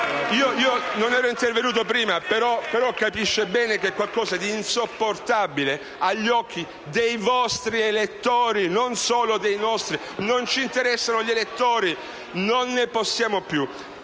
questo, Presidente, ma capisce bene che è qualcosa di insopportabile agli occhi dei vostri elettori, non solo dei nostri. Non ci interessano però gli elettori. Non ne possiamo più.